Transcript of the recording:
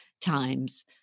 times